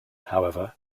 however